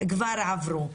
כבר עברו שנתיים.